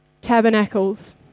Tabernacles